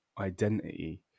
identity